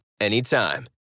anytime